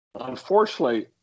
Unfortunately